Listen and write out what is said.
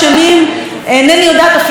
בזה שעדיין אין מלחמה.